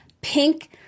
Pink